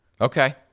Okay